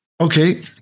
Okay